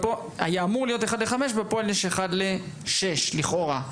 בפועל יש אחד לשש לכאורה.